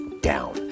down